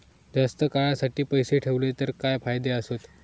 जास्त काळासाठी पैसे ठेवले तर काय फायदे आसत?